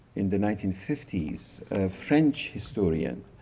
in the nineteen fifty s a french historian,